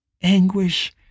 anguish